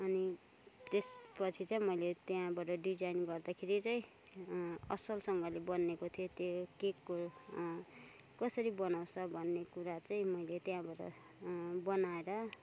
अनि त्यसपछि चाहिँ मैले त्यहाँबाट डिजाइन गर्दाखेरि चाहिँ असलसँगले बनिएको थियो त्यो केकको कसरी बनाउँछ भन्ने कुरा चाहिँ मैले त्यहाँबाट बनाएर